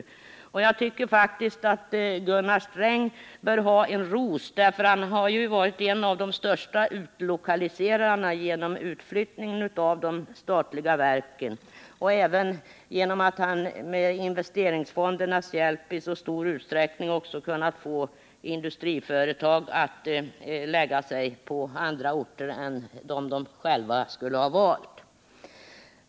I det här sammanhanget skulle jag vilja säga att jag tycker att Gunnar Sträng bör få en ros för den utflyttning av de statliga verken som skett. Han kan därmed sägas vara en av de största utlokaliserarna. Dessutom har han med investeringsfondernas hjälp i stor utsträckning förmått industriföretag att förlägga sin verksamhet till andra orter än sådana de själva skulle ha valt.